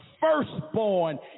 firstborn